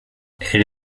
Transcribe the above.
elle